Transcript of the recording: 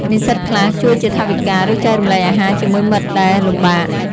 និស្សិតខ្លះជួយជាថវិកា ឬចែករំលែកអាហារជាមួយមិត្តដែលលំបាក។